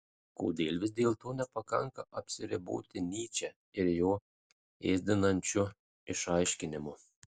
kodėl vis dėlto nepakanka apsiriboti nyče ir jo ėsdinančiu išaiškinimu